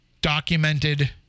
documented-